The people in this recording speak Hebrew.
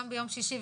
גם ביום שישי,